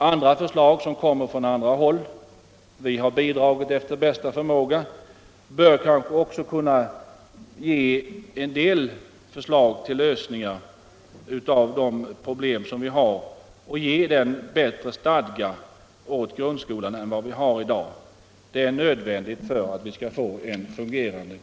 Uppslag från andra håll — vi har från centern bidragit med en del — bör kanske också kunna ge en del förslag till lösningar av de problem som vi har och ge bättre stadga åt grundskolan än vad vi har i dag.